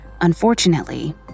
Unfortunately